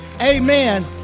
Amen